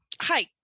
Hi